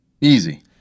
easy